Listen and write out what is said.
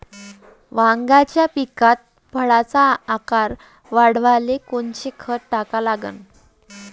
वांग्याच्या पिकात फळाचा आकार वाढवाले कोनचं खत टाका लागन?